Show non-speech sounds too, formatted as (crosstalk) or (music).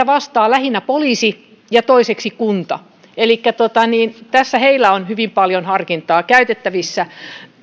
(unintelligible) vastaa lähinnä poliisi ja toiseksi kunta elikkä tässä heillä on hyvin paljon harkintaa käytettävissä